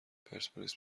پرسپولیس